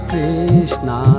Krishna